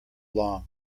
long